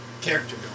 Character